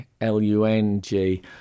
L-U-N-G